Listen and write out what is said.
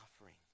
offering